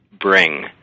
bring